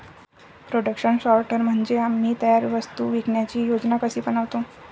production sorter म्हणजे आम्ही तयार वस्तू विकण्याची योजना कशी बनवतो